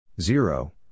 zero